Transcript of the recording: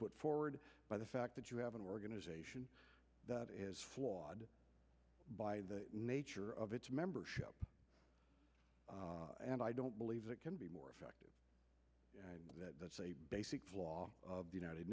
put forward by the fact that you have an organization that is flawed by the nature of its membership and i don't believe it can be more effective that that's a basic flaw of the united